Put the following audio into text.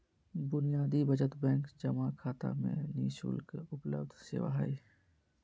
बुनियादी बचत बैंक जमा खाता में नि शुल्क उपलब्ध सेवा हइ